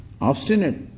Obstinate